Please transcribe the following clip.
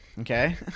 Okay